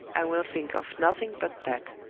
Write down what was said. i will think of nothing but that.